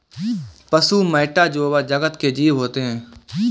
पशु मैटा जोवा जगत के जीव होते हैं